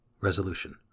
Resolution